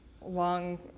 long